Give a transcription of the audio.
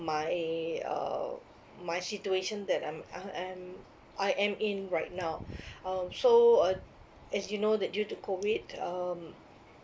my uh my situation that I'm I am I am in right now um so uh as you know that due to COVID um